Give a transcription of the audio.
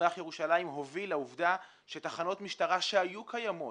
במזרח ירושלים הוביל לעובדה שתחנות משטרה שהיו קיימות